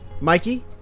Mikey